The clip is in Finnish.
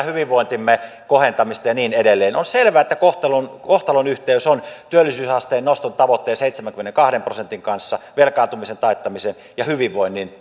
hyvinvointimme kohentamista ja niin edelleen on selvä että kohtalonyhteys on työllisyysasteen nostotavoitteen seitsemänkymmenenkahden prosentin kanssa velkaantumisen taittamisen ja hyvinvoinnin